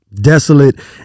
desolate